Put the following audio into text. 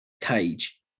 Cage